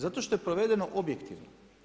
Zato što je provedeno objektivno.